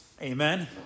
amen